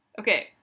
Okay